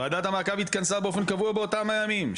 ועדת המעקב התכנסה באופן קבוע באותם הימים,